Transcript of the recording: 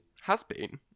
Has-been